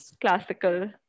classical